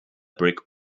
brick